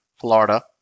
Florida